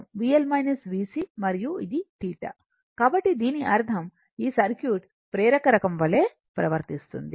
మరియు ఇది θ కాబట్టి దీని అర్థం ఈ సర్క్యూట్ ప్రేరక రకం వలె ప్రవర్తిస్తుంది